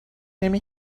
نمی